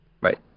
Right